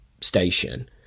station